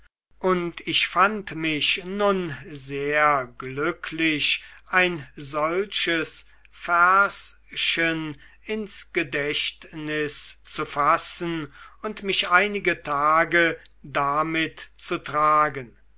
und ich fand mich nun sehr glücklich ein solches verschen ins gedächtnis zu fassen und mich einige tage damit zu tragen